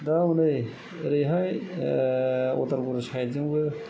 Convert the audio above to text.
दा हनै ओरैहाय उदालगुरि साइडजोंबो